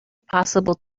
possible